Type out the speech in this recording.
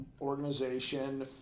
organization